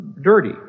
dirty